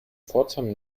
pforzheim